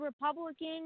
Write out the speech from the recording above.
Republican